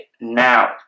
now